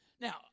Now